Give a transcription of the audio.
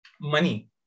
Money